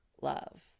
love